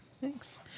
Thanks